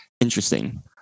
interesting